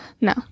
No